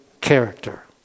character